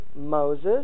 Moses